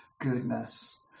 goodness